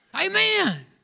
Amen